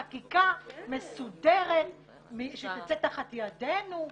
בחקיקה מסודרת שתצא תחת ידינו.